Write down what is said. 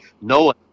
no